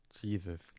Jesus